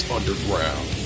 Underground